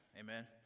Amen